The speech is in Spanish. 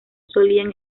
solían